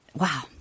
Wow